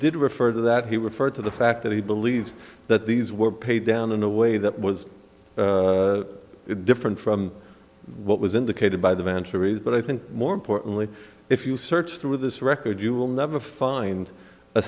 did refer to that he referred to the fact that he believed that these were paid down in a way that was different from what was indicated by the venture is but i think more importantly if you search through this record you will never find a